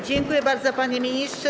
Dziękuję bardzo, panie ministrze.